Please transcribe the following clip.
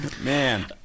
Man